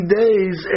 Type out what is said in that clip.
days